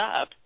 up